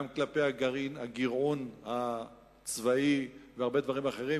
גם כלפי הגרעון הצבאי והרבה דברים אחרים,